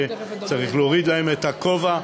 שצריך להסיר בפניהם את הכובע,